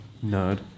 Nerd